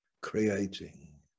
creating